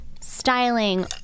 styling